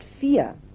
fear